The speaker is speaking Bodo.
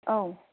औ